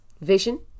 vision